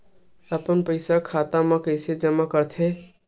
अपन पईसा खाता मा कइसे जमा कर थे?